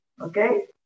okay